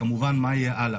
מה יהיה הלאה?